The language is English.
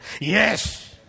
Yes